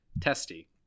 testy